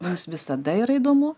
mums visada yra įdomu